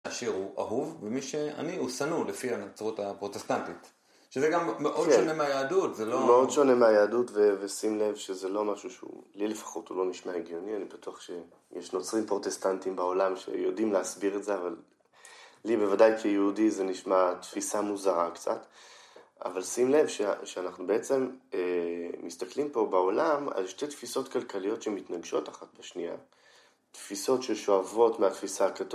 עשיר הוא אהוב, ומי שעני, הוא שנוא לפי הנצרות הפרוטסטנטית. שזה גם מאוד שונה מהיהדות. מאוד שונה מהיהדות, ושים לב שזה לא משהו שהוא... לי לפחות הוא לא נשמע הגיוני, אני בטוח שיש נוצרים פרוטסטנטים בעולם שיודעים להסביר את זה, אבל לי בוודאי כיהודי זה נשמע תפיסה מוזרה קצת. אבל שים לב שאנחנו בעצם מסתכלים פה בעולם על שתי תפיסות כלכליות שמתנגשות אחת בשנייה. תפיסות ששואבות מהתפיסה הקתולית.